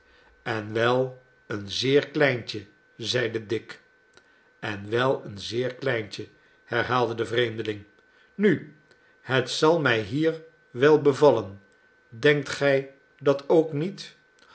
en wel een zeer kleintje zeide dick en wel een zeer kleintje herhaalde de vreemdeling nu het zal mij hier wel bevallen denkt ge dat ook niet